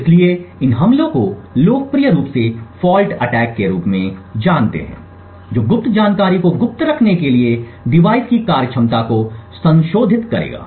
इसलिए इन हमलों को लोकप्रिय रूप से फॉल्ट अटैक के रूप में जाना जाता है जो गुप्त जानकारी को गुप्त रखने के लिए डिवाइस की कार्यक्षमता को संशोधित करेगा